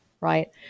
right